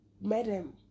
Madam